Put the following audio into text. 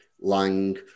Lang